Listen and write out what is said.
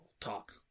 Talk